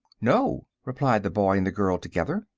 no! replied the boy and the girl, together.